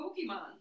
Pokemon